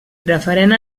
referent